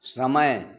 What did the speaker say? समय